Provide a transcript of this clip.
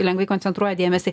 lengvai koncentruoja dėmesį